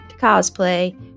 cosplay